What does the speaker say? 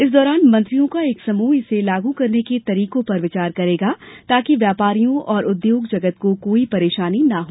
इस दौरान मंत्रियों का एक समूह इसे लागू करने के तरीकों पर विचार करेगा ताकि व्यापारियों और उद्योग जगत को कोई परेशानी न हो